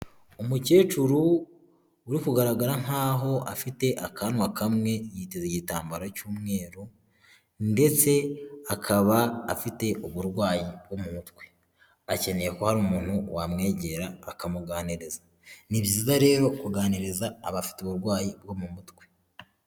Umukecuru uri kugaragara nkaho afite akanwa kamwe yiteze igitambaro cy'umweru ndetse akaba afite uburwayi bwo mu mutwe, akeneye ko hari umuntu wamwegera akamugani. Ni byiza rero kuganiriza abafite uburwayi bwo mu mutwe.